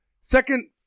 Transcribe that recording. Second